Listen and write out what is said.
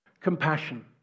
compassion